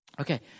Okay